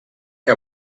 que